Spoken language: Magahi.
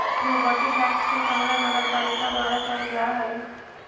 प्रोपर्टी टैक्स के संग्रह नगरपालिका द्वारा कैल जा हई